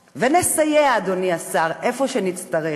ונסייע, אדוני השר, איפה שנצטרך.